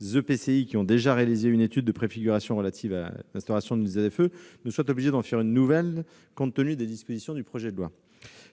les EPCI ayant déjà réalisé une étude de préfiguration relative à l'instauration d'une ZFE ne se voient obligés d'en faire une nouvelle, compte tenu des dispositions du projet de loi.